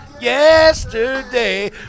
Yesterday